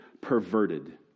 perverted